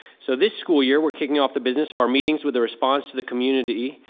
so this school year, we're kicking off the business of our meetings with a response to the community.